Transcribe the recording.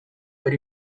per